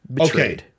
Okay